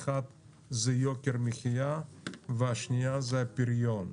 האחת זה יוקר המחיה והשנייה זה הפריון.